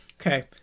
Okay